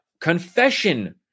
confession